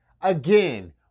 again